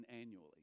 annually